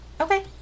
Okay